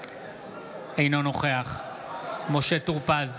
אינו נוכח משה טור פז,